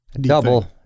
Double